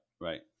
right